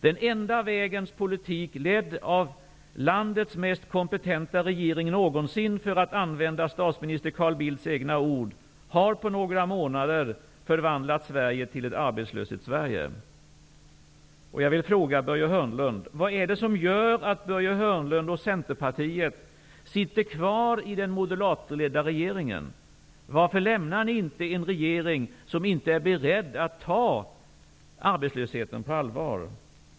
Den enda vägens politik, ledd av landets mest kompetenta regering någonsin, för att använda statsminister Carl Bildts egna ord, har på några månader förvandlat Sverige till ett Jag vill fråga Börje Hörnlund: Vad är det som gör att Börje Hörnlund och Centerpartiet sitter kvar i den moderatledda regeringen? Varför lämnar ni inte en regering som inte är beredd att ta arbetslösheten på allvar?